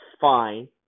fine